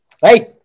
hey